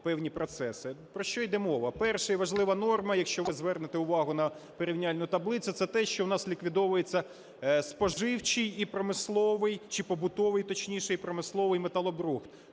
Про що йде мова. Перша і важлива норма, якщо ви звернете увагу на порівняльну таблицю, це те, що у нас ліквідовується споживчий і промисловий чи побутовий, точніше, і промисловий металобрухт.